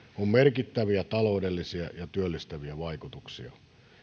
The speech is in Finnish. on merkittäviä taloudellisia ja työllistäviä vaikutuksia